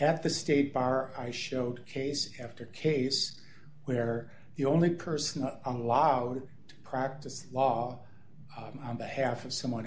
at the state bar i showed case after case where the only person not allowed to practice law on behalf of someone